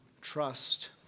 trust